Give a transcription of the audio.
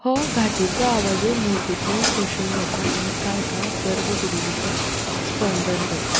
हो घांटीचो आवाजूय मुर्तींतल्यान सोशून घेता आनीक आनी कांय काळ गर्भकुडी भितर स्पंदन करता